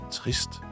trist